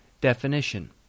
Definition